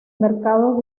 mercado